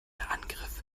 angriff